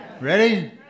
Ready